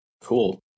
cool